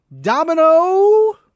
Domino